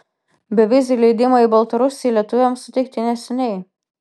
beviziai leidimai į baltarusiją lietuviams suteikti neseniai